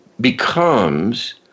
becomes